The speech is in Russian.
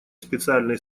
специальной